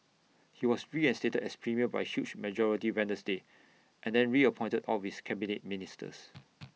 he was reinstated as premier by A huge majority Wednesday and then reappointed all of his Cabinet Ministers